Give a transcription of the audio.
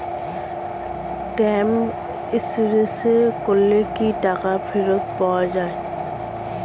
Term insurance করলে কি টাকা ফেরত পাওয়া যায়?